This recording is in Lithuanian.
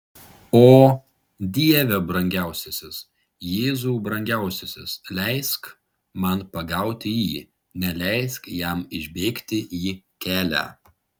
o dieve brangiausiasis jėzau brangiausiasis leisk man pagauti jį neleisk jam išbėgti į kelią